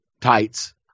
tights